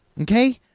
Okay